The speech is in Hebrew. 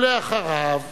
ואחריו,